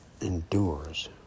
endures